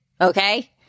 Okay